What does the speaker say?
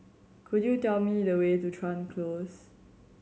could you tell me the way to Chuan Close